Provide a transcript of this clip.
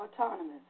autonomous